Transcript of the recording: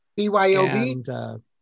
BYOB